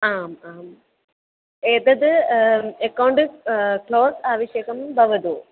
आम् आम् एतत् अकौण्ड् क्लोस् आवश्यकं भवतु